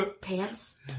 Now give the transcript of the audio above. pants